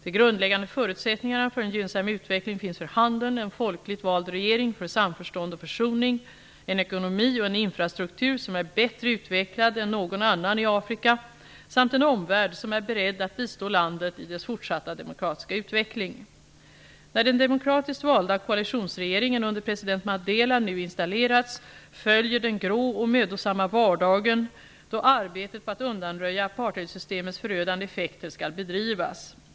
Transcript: De grundläggande förutsättningarna för en gynnsam utveckling finns för handen: en folkligt vald regering för samförstånd och försoning, en ekonomi och en infrastruktur som är bättre utvecklad än någon annan i Afrika samt en omvärld som är beredd att bistå landet i dess fortsatta demokratiska utveckling. När den demokratiskt valda koalitionsregeringen under president Mandela nu installerats följer den grå och mödosamma vardagen, då arbetet på att undanröja apartheidsystemets förödande effekter skall bedrivas.